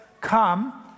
Come